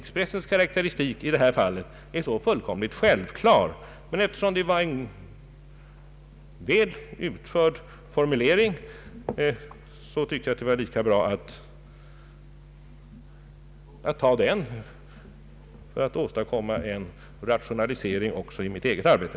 Dess karakteristik är i detta fall fullständigt självklar. Men eftersom formuleringen var väl skriven tyckte jag att det var lika bra att använda mig av den för att åstadkomma en rationalisering också i mitt eget arbete.